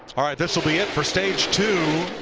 all right, this will be it for stage two.